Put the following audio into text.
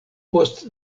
post